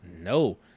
No